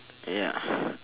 ya